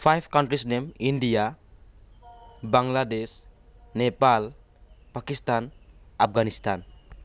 five countries name India Bangladesh Nepal Pakistan Afghanistan